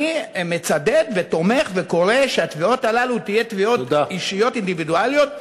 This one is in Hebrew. אני מצדד ותומך וקורא שהתביעות האלה יהיו תביעות אישיות אינדיבידואליות.